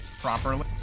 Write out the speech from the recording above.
properly